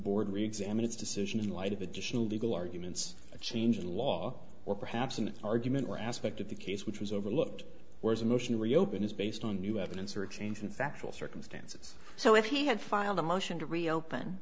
board re examine its decision in light of additional legal arguments a change in law or perhaps an argument or aspect of the case which was overlooked whereas a motion to reopen is based on new evidence or a change in factual circumstances so if he had filed a motion to reopen